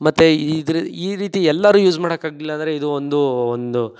ಮತ್ತೆ ಇದ್ರ ಈ ರೀತಿ ಎಲ್ಲರೂ ಯೂಸ್ ಮಾಡೋಕ್ಕಾಗ್ಲಿಲ್ಲ ಅಂದರೆ ಇದು ಒಂದು ಒಂದು